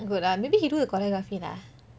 good ah maybe he do the choreography lah